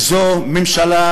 וזו ממשלה